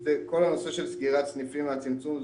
כל הנושא של סגירת סניפים והצמצום,